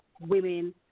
women